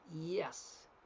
Yes